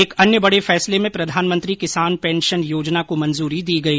एक अन्य बड़े फैसले में प्रधानमंत्री किसान पेंशन योजना को मंजूरी दी गई